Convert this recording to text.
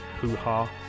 hoo-ha